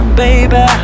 baby